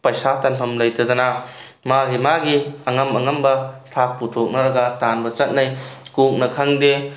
ꯄꯩꯁꯥ ꯇꯥꯟꯐꯝ ꯂꯩꯇꯗꯅ ꯃꯥꯒꯤ ꯃꯥꯒꯤ ꯑꯉꯝ ꯑꯉꯝꯕ ꯊꯥꯛ ꯄꯨꯊꯣꯛꯅꯔꯒ ꯇꯥꯟꯕ ꯆꯠꯅꯩ ꯀꯣꯛꯅ ꯈꯪꯗꯦ